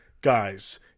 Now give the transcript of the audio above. guys